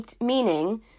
meaning